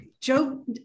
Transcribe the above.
Joe